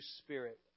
spirit